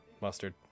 Mustard